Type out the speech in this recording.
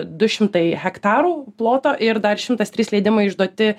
du šimtai hektarų ploto ir dar šimtas trys leidimai išduoti